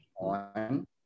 on